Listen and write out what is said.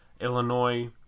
Illinois